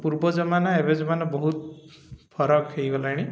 ପୂର୍ବ ଜମାନା ଏବେ ଜମାନା ବହୁତ ଫରକ ହେଇଗଲାଣି